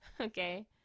Okay